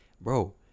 bro